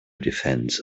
defense